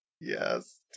yes